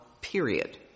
period